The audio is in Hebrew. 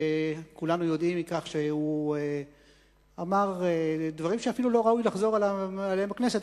וכולנו יודעים מכך שהוא אמר דברים שאפילו לא ראוי לחזור עליהם בכנסת,